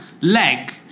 leg